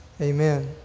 Amen